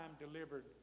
delivered